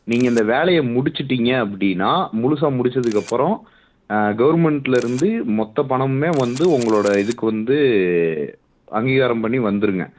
நீங்கள் இந்த வேலையை முடிச்சுட்டிங்க அப்படின்னா முழுசா முடிச்சதுக்கப்புறோம் கவுர்மெண்ட்லிருந்து மொத்த பணமுமே வந்து உங்களோடு இதுக்கு வந்து அங்கீகாரம் பண்ணி வந்துடுங்க